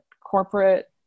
corporate